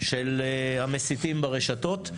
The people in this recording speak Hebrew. של המסיתים ברשתות.